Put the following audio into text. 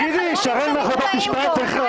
לכל החברים שנמצאים פה,